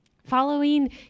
Following